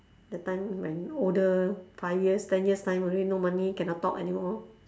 the time when older five years ten years time only no money cannot talk anymore